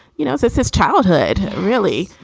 you know, since his childhood. really?